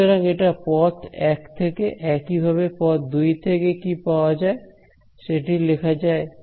সুতরাং এটা পথ 1 থেকে একইভাবে পথ 2 থেকে কি পাওয়া যায় সেটি লেখা যায়